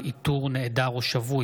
ואיתור נעדר או שבוי,